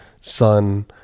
sun